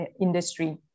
industry